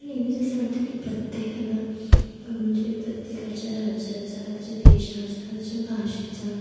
मला नेहमीच असं वाटतं की प्रत्येकाला म्हणजे प्रत्येकाच्या राज्याचा त्याच्या देशाचा त्याच्या भाषेचा